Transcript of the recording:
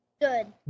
good